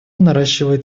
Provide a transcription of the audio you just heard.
наращивает